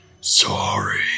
sorry